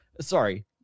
Sorry